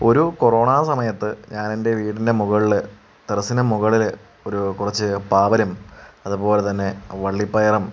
ഒരു കൊറോണ സമയത്ത് ഞാനെൻ്റെ വീടിൻ്റെ മുകളിൽ ടെറസ്സിൻ്റെ മുകളിൽ ഒരു കുറച്ച് പാവലും അതുപോലെ തന്നെ വള്ളിപ്പയറും